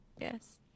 Yes